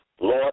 Lord